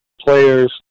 players